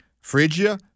Phrygia